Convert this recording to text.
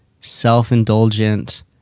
self-indulgent